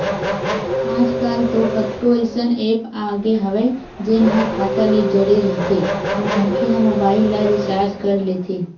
आजकल तो कतको अइसन ऐप आगे हवय जेन ह खाता ले जड़े रहिथे अउ मनखे ह मोबाईल ल रिचार्ज कर लेथे